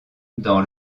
dans